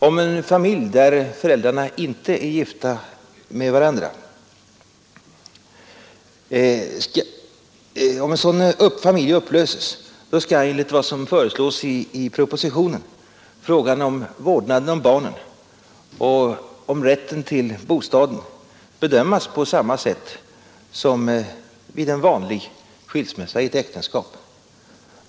Om en familj där föräldrarna inte är gifta med varandra upplöses, skall enligt vad som föreslås i propositionen frågan om vårdnaden om barnen och om rätten till bostaden bedömas på samma sätt som vid en vanlig skilsmässa i ett äktenskap.